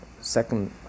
Second